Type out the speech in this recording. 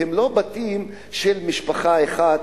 והם לא בתים של משפחה אחת,